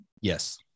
Yes